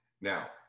now